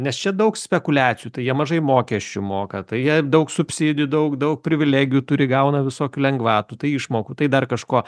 nes čia daug spekuliacijų tai jie mažai mokesčių moka tai jie daug subsidijų daug daug privilegijų turi gauna visokių lengvatų tai išmokų tai dar kažko